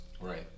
right